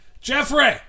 Jeffrey